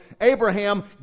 Abraham